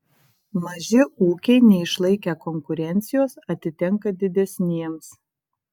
maži ūkiai neišlaikę konkurencijos atitenka didesniems